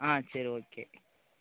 சரி ஓகே